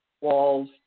walls